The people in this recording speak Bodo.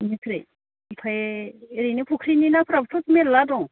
बेनिफ्राय ओमफ्राय ओरैनो फख्रिनि नाफोराबोथ' मेरला दं